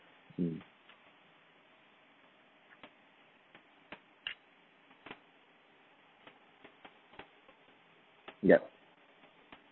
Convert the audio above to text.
mm yup